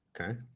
Okay